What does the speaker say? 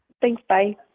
thanks, bye.